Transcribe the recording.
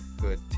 good